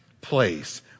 place